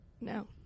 no